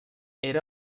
era